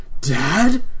Dad